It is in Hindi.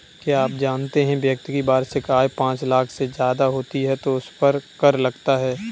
क्या आप जानते है व्यक्ति की वार्षिक आय पांच लाख से ज़्यादा होती है तो उसपर कर लगता है?